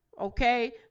okay